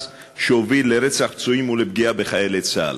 שהוביל לרצח פצועים ולפגיעה בחיילי צה"ל.